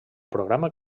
programa